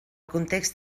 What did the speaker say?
context